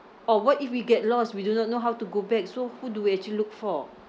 or what if we get lost we do not know how to go back so who do we actually look for